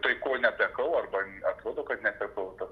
tai ko netekau arba atrodo kad netekau to